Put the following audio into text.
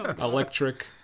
Electric